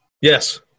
Yes